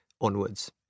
onwards